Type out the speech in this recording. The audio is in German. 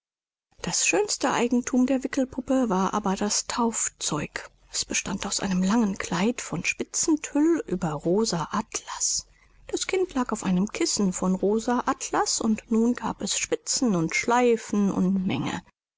das schönste eigenthum der wickelpuppe war aber das taufzeug es bestand aus einem langen kleid von spitzentüll über rosa atlas das kind lag auf einem kissen von rosa atlas und nun gab es spitzen und schleifen in menge